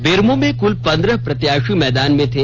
बेरमो में कुल पंद्रह प्रत्याशी मैदान में थे